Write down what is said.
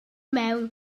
mewn